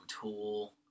Tool